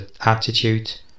attitude